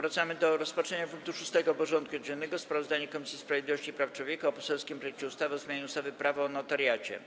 Powracamy do rozpatrzenia punktu 6. porządku dziennego: Sprawozdanie Komisji Sprawiedliwości i Praw Człowieka o poselskim projekcie ustawy o zmianie ustawy Prawo o notariacie.